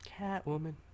Catwoman